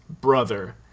brother